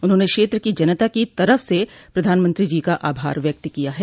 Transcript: उन्होंने क्षेत्र की जनता की तरफ से प्रधानमंत्री जी का आभार व्यक्त किया है